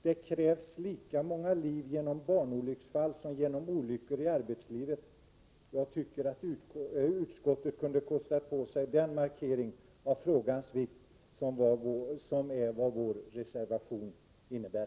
Det krävs lika många liv genom barnolycksfall som genom olyckor i arbetslivet. Jag tycker att utskottet kunde kosta på sig den markering av frågans vikt som vår reservation innebär.